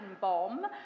Bomb